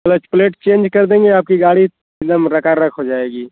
plate plate change कर देंगे आपकी सारी एकदम रकारक हो जायेगी